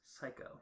Psycho